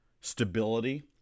stability